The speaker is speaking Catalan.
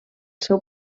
seu